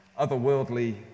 otherworldly